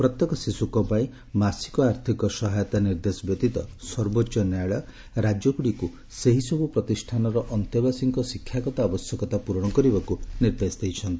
ପ୍ରତ୍ୟେକ ଶିଶୁଙ୍କ ପାଇଁ ମାସିକ ଆର୍ଥକ ସହାୟତା ନିର୍ଦ୍ଦେଶ ବ୍ୟତୀତ ସର୍ବୋଚ୍ଚ ନ୍ୟାୟାଳୟ ରାଜ୍ୟଗୁଡ଼ିକୁ ସେହିସବୁ ପ୍ରତିଷ୍ଠାନର ଅନ୍ତେବାସୀଙ୍କ ଶିକ୍ଷାଗତ ଆବଶ୍ୟକତା ପ୍ରରଣ କରିବାକୁ ନିର୍ଦ୍ଦେଶ ଦେଇଛନ୍ତି